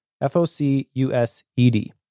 F-O-C-U-S-E-D